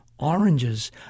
Oranges